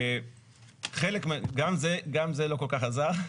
גם זה לא כל כך עזר.